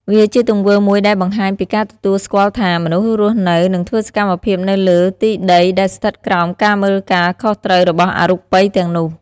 វាជាទង្វើមួយដែលបង្ហាញពីការទទួលស្គាល់ថា មនុស្សរស់នៅ និងធ្វើសកម្មភាពនៅលើទីដីដែលស្ថិតក្រោមការមើលការខុសត្រូវរបស់អរូបិយទាំងនោះ។